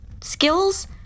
skills